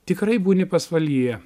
tikrai būni pasvalyje